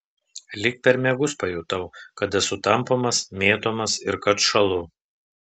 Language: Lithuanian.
lyg per miegus pajutau kad esu tampomas mėtomas ir kad šąlu